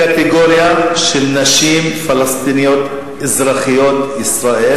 קטגוריה של נשים פלסטיניות אזרחיות ישראל